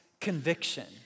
conviction